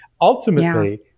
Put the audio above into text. Ultimately